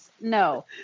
No